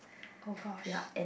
oh gosh